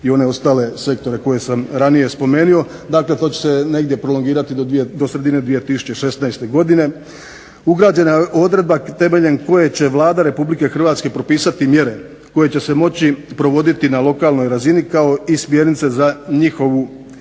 i one ostale sektore koje sam ranije spomenuo. Dakle, to će se negdje prolongirati do sredine 2016. godine. Ugrađena je odredba temeljem koje će Vlada Republike Hrvatske propisati mjere koje će se moći provoditi na lokalnoj razini kao i smjernice za njihovu